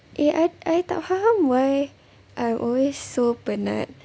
eh I I tak faham why I always so penat